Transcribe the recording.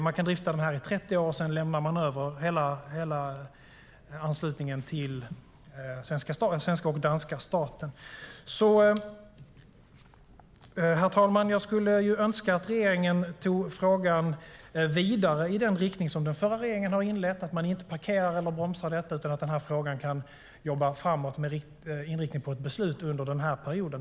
Man kan driva förbindelsen i 30 år, och sedan lämnar man över hela anslutningen till den svenska och den danska staten. Herr talman! Jag skulle önska att regeringen tog frågan vidare i den riktning som den förra regeringen inledde och att man inte parkerar eller bromsar detta. Jag hoppas att man kan jobba framåt med frågan med inriktning på ett beslut under den här perioden.